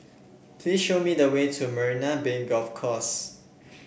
please show me the way to Marina Bay Golf Course